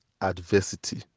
adversity